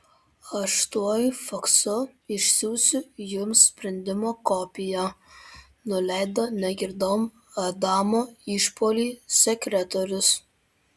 aš tuoj faksu išsiųsiu jums sprendimo kopiją nuleido negirdom adamo išpuolį sekretorius